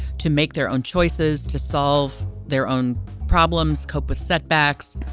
to make their own choices, to solve their own problems, cope with setbacks